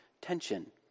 tension